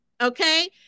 okay